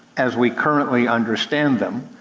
as we currently understand them,